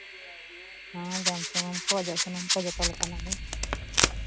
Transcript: ᱦᱚᱸ ᱡᱚᱢ ᱥᱩᱱᱩᱢ ᱠᱚ ᱚᱡᱚᱜ ᱥᱩᱱᱩᱢ ᱠᱚ ᱡᱚᱛᱚ ᱞᱮᱠᱟᱱᱟᱜ ᱜᱮ